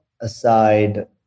aside